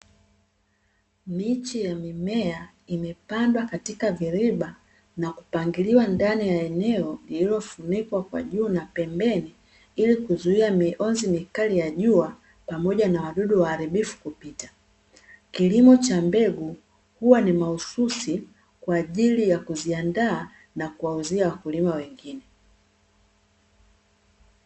Miche ya mimea imepandwa katika viriba na kupangiliwa ndani ya eneo lililofunikwa kwa juu na pembeni, ili kuzuia mionzi mikali ya jua pamoja na wadudu waharibifu kupita. Kilimo cha mbegu huwa ni mahususi kwaajili ya kuziandaa na kuwauzia wakulima wengine.